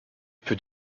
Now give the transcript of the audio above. peu